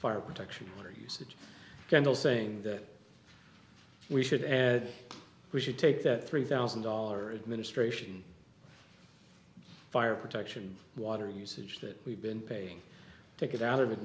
fire protection or usage candle saying that we should add we should take that three thousand dollar administration fire protection water usage that we've been paying take it out of